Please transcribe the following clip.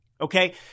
Okay